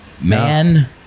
man